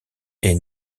est